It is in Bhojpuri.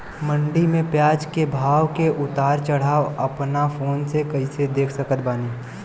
मंडी मे प्याज के भाव के उतार चढ़ाव अपना फोन से कइसे देख सकत बानी?